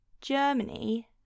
Germany